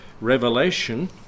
Revelation